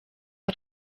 aho